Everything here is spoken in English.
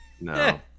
No